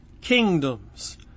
Kingdoms